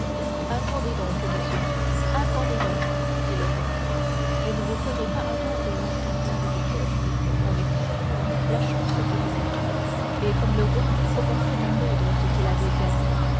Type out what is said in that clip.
attendez donc monsieur attendez donc dit le roi je ne vous ferai pas longtemps attendre en effet la chance tournait et comme le roi commençait à perdre ce qu'il avait gagné